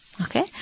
Okay